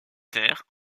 terre